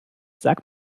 sag